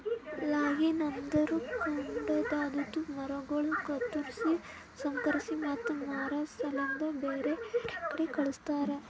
logging ಅಂದುರ್ ಕಾಡದಾಂದು ಮರಗೊಳ್ ಕತ್ತುರ್ಸಿ, ಸಂಸ್ಕರಿಸಿ ಮತ್ತ ಮಾರಾ ಸಲೆಂದ್ ಬ್ಯಾರೆ ಬ್ಯಾರೆ ಕಡಿ ಕಳಸ್ತಾರ